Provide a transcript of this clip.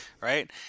right